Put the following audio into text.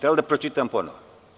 Da li da pročitam ponovo?